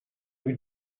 rue